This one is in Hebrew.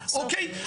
אוקיי?